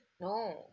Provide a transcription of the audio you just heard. No